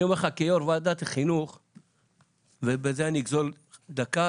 אני אומר לך כיו"ר ועדת חינוך ובזה אני אגזול דקה,